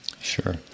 Sure